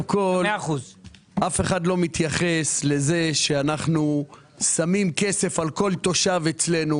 אף אחד לא מתייחס לכך שאנחנו שמים כסף על כל תושב אצלנו.